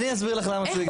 אני אסביר לך למה הוא יגדל.